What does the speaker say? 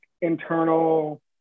internal